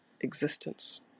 existence